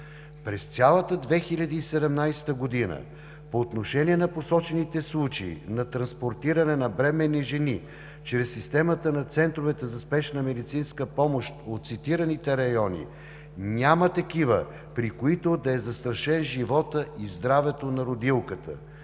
През цялата 2017 г. по отношение на посочените случаи на транспортиране на бременни жени чрез системата на центровете за спешна медицинска помощ от цитираните райони няма такива, при които да са застрашени животът и здравето на родилката.